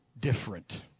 different